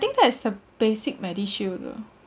think that is the basic MediShield though